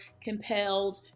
compelled